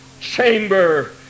chamber